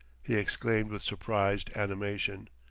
he exclaimed with surprised animation.